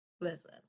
listen